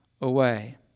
away